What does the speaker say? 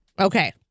Okay